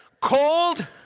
cold